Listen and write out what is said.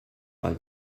mal